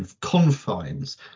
confines